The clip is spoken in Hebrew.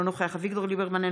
אינו נוכח אביגדור ליברמן,